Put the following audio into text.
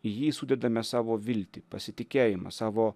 į jį sudedame savo viltį pasitikėjimą savo